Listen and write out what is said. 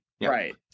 Right